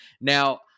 Now